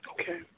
Okay